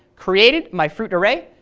created my fruit array,